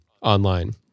online